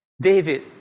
David